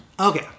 Okay